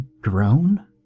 grown